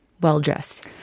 well-dressed